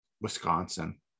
Wisconsin